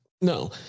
no